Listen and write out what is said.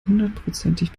hundertprozentig